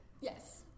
Yes